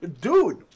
Dude